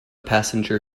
passenger